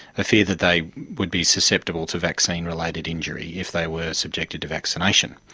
a fear that they would be susceptible to vaccine-related injury if they were subjected to vaccination.